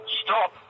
stop